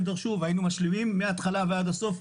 דרשו והיינו משלימים מההתחלה ועד הסוף,